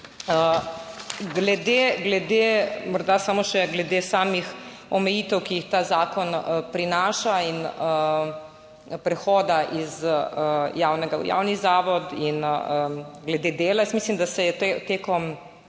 tem zakonom. Morda samo še glede samih omejitev, ki jih ta zakon prinaša in prehoda iz javnega v javni zavod in glede dela. Jaz mislim, da se je tekom